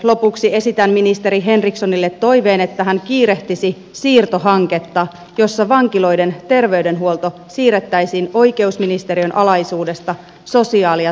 lopuksi esitän ministeri henrikssonille toiveen että hän kiirehtisi siirtohanketta jossa vankiloiden terveydenhuolto siirrettäisiin oikeusministeriön alaisuudesta sosiaali ja terveysministeriöön